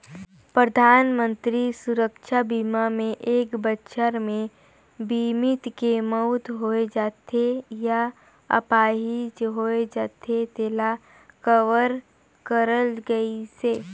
परधानमंतरी सुरक्छा बीमा मे एक बछर मे बीमित के मउत होय जाथे य आपाहिज होए जाथे तेला कवर करल गइसे